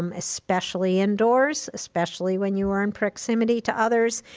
um especially indoors, especially when you are in proximity to others.